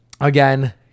Again